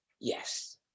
yes